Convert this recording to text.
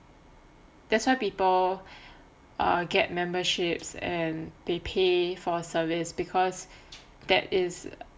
that's why people get memberships and they pay for service because that is